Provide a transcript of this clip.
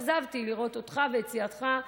התאכזבתי לראות אותך ואת סיעתך,